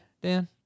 Dan